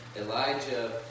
Elijah